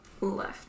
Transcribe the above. Left